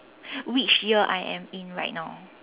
which year I am in right now